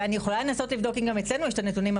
אני יכולה לנסות לבדוק אם גם אצלנו יש את הנתונים,